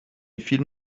فیلم